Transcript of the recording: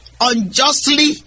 unjustly